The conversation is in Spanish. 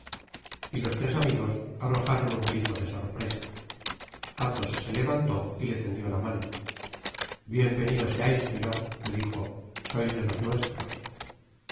mujer los tres amigos arrojaron un grito de sorpresa athos se levantó y le tendió la mano bien venido seais milord le dijo sois de los nuestros